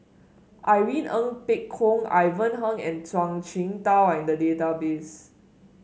Irene Ng Phek Hoong Ivan Heng and Zhuang Shengtao are in the database